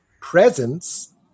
presence